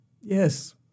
Yes